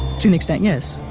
to an extent, yes.